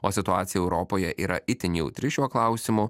o situacija europoje yra itin jautri šiuo klausimu